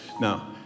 Now